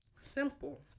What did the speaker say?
simple